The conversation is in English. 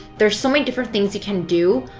there's so many different things you can do.